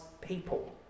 people